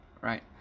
Right